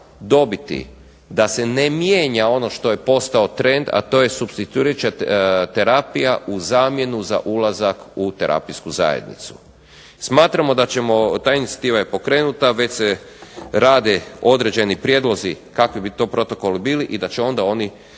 dobiti da se ne mijenja ono što je postao trend, a to je supstituirajuća terapija u zamjenu za ulazak u terapijsku zajednicu. Ta inicijativa je pokrenuta, već se rade određeni prijedlozi kakvi bi to protokoli bili i da će onda oni